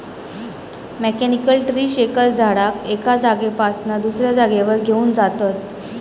mechanical tree shaker झाडाक एका जागेपासना दुसऱ्या जागेवर घेऊन जातत